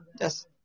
Yes